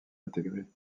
intégrées